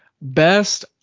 best